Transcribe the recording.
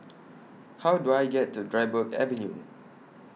How Do I get to Dryburgh Avenue